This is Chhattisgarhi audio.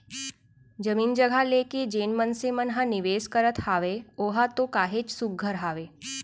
जमीन जघा लेके जेन मनसे मन ह निवेस करत हावय ओहा तो काहेच सुग्घर हावय